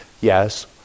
Yes